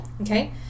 Okay